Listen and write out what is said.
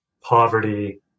poverty